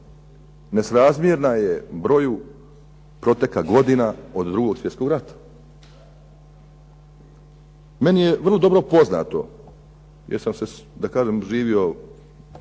nesrazmjerna broju proteka godina od 2. svjetskog rata. Meni je vrlo dobro poznato, jer sam, da kažem živio